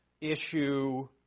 issue